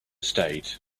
stayed